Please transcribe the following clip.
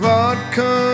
Vodka